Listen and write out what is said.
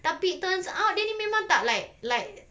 tapi turns out dia ni memang tak like like